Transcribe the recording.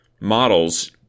models